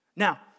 Now